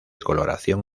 coloración